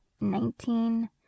nineteen